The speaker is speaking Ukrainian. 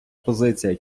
позиція